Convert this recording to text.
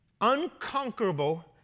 unconquerable